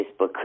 Facebook